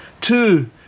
Two